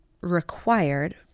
required